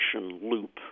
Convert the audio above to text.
loop